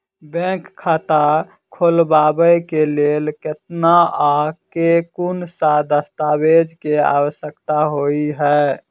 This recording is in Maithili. बैंक खाता खोलबाबै केँ लेल केतना आ केँ कुन सा दस्तावेज केँ आवश्यकता होइ है?